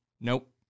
Nope